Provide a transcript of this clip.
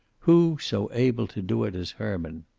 who so able to do it as herman.